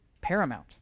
paramount